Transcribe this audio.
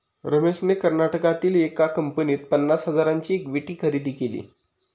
रमेशने कर्नाटकातील एका कंपनीत पन्नास हजारांची इक्विटी खरेदी केली